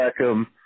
Beckham